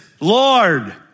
Lord